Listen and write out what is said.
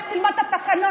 לך תלמד את התקנון,